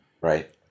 Right